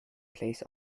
placed